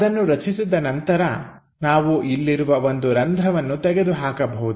ಅದನ್ನು ರಚಿಸಿದ ನಂತರ ನಾವು ಇಲ್ಲಿರುವ ಒಂದು ರಂಧ್ರವನ್ನು ತೆಗೆದುಹಾಕಬಹುದು